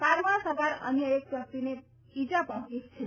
કારમાં સવાર અન્ય એક વ્યક્તિને પજ્ઞ ઇજા પહોંચી છે